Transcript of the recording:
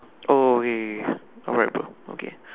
oh okay okay okay alright bro okay